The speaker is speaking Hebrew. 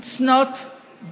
It is not done.